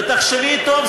ותחשבי טוב,